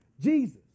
Jesus